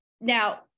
Now